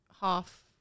half